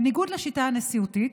בניגוד לשיטה הנשיאותית,